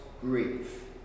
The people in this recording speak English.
grief